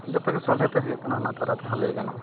ᱡᱚᱛᱚᱜᱮ ᱥᱚᱞᱦᱮ ᱛᱮ ᱦᱩᱭᱩᱜ ᱠᱟᱱᱟ ᱚᱱᱟ ᱫᱟᱨᱟᱭᱛᱮ ᱚᱱᱟ ᱦᱚᱸ ᱞᱟᱹᱭ ᱜᱟᱱᱚᱜᱼᱟ